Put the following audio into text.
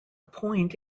point